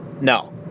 No